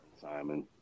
simon